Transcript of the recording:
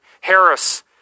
harris